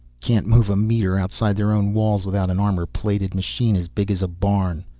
can't move a meter outside their own walls without an armor-plated machine as big as a barn.